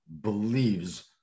believes